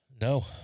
No